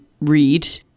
read